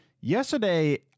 yesterday